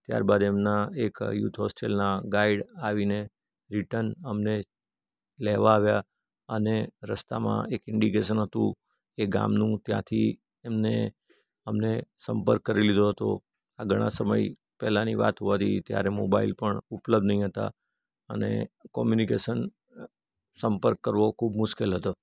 ત્યારબાદ એમના એક યૂથ હૉસ્ટેલના ગાઈડ આવીને રિટન અમને લેવા આવ્યા અને રસ્તામાં એક ઇન્ડિકેશન હતું એ ગામનું ત્યાંથી એમને અમને સંપર્ક કરી લીધો હતો આ ઘણા સમય પહેલાંની વાત હોવાથી ત્યારે મોબાઈલ પણ ઉપલબ્ધ નહીં હતા અને કોમ્યુનિકેશન સંપર્ક કરવો ખૂબ મુશ્કેલ હતો